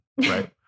right